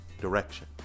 Direction